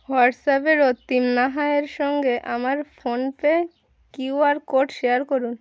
হোয়াটসঅ্যাপে রক্তিম নাহা এর সঙ্গে আমার ফোনপে কিউআর কোড শেয়ার করুন